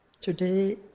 Today